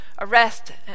arrest